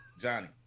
Johnny